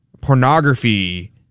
pornography